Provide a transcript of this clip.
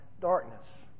darkness